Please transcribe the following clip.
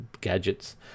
gadgets